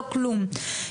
לא כלום.